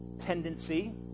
tendency